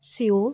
Seoul